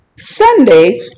sunday